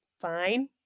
fine